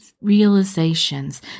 realizations